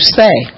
say